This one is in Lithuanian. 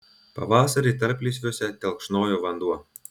pavasarį tarplysviuose telkšnojo vanduo